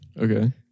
Okay